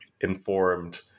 informed